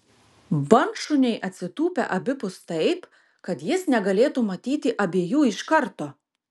bandšuniai atsitūpė abipus taip kad jis negalėtų matyti abiejų iškarto